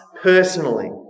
personally